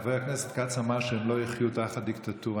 חבר הכנסת כץ אמר שהם לא יחיו תחת דיקטטורה.